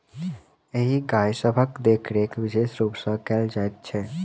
एहि गाय सभक देखरेख विशेष रूप सॅ कयल जाइत छै